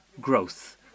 growth